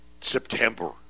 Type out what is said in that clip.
September